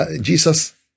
Jesus